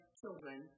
children